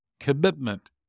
commitment